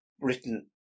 written